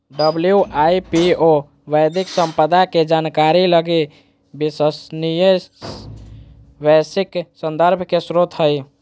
WIPO बौद्धिक संपदा के जानकारी लगी विश्वसनीय वैश्विक संदर्भ के स्रोत हइ